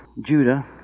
Judah